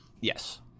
Yes